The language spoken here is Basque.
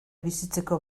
bizitzeko